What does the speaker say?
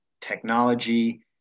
technology